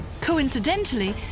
Coincidentally